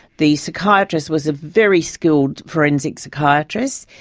the psychiatrist was a very skilled forensic psychiatrist.